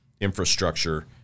infrastructure